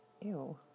Ew